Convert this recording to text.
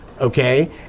Okay